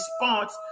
response